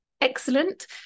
excellent